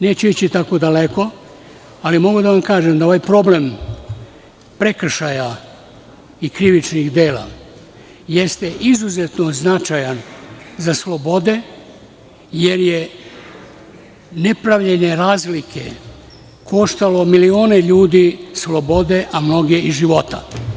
Neću ići tako daleko, ali mogu da vam kažem da ovaj problem prekršaja i krivičnih dela jeste izuzetno značajan za slobode, jer je nepravljenje razlike koštalo milione ljudi slobode, a mnoge i života.